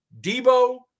Debo